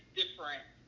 different